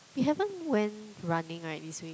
we haven't went running right this week